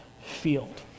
field